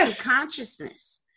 consciousness